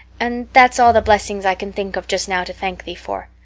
and that's all the blessings i can think of just now to thank thee for.